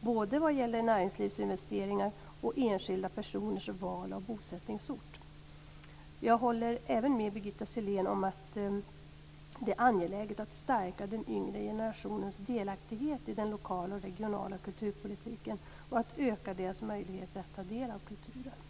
både vad gäller näringslivsinvesteringar och enskilda personers val av bosättningsort. Jag håller även med Birgitta Sellén om att det är angeläget att stärka den yngre generationens delaktighet i den lokala och regionala kulturpolitiken och att öka deras möjligheter att ta del av kulturen.